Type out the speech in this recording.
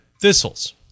thistles